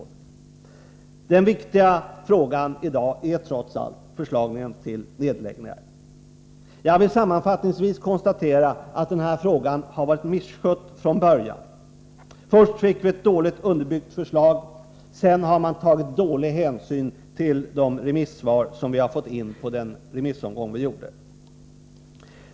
Den viktiga frågan i dag är trots allt förslagen om nedläggningar. Jag vill sammanfattningsvis konstatera att den här frågan varit misskött från början. Först fick vi ett dåligt underbyggt förslag, och sedan har man tagit ringa hänsyn till de svar som kommit in i remissomgången.